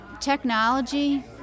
Technology